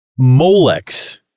Molex